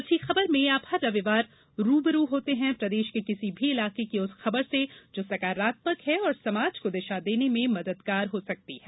अच्छी खबर में आप हर रविवार रू ब रू होते हैं प्रदेश के किसी भी इलाके की उस खबर से जो सकारात्मक है और समाज को दिशा देने में मददगार हो सकती है